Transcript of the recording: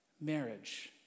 marriage